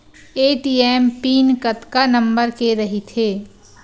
ATM pin कतका number के रही थे?